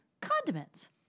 condiments